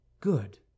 good